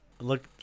look